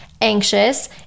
anxious